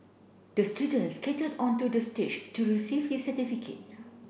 the student skated onto the stage to receive his certificate